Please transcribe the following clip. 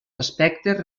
aspectes